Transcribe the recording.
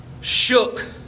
shook